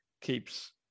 keeps